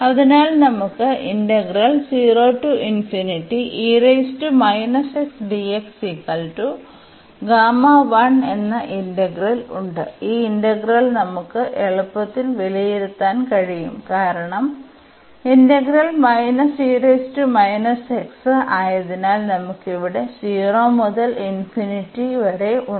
അതിനാൽ നമുക്ക് എന്ന ഇന്റഗ്രൽ ഉണ്ട് ഈ ഇന്റഗ്രൽ നമുക്ക് എളുപ്പത്തിൽ വിലയിരുത്താൻ കഴിയും കാരണം ഇന്റഗ്രൽ ആയതിനാൽ നമുക്ക് ഇവിടെ 0 മുതൽ ഉണ്ട്